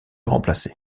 remplacer